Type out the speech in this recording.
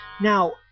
Now